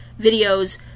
videos